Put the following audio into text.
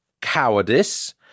cowardice